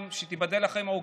שתיבדל לחיים ארוכים,